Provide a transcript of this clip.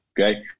okay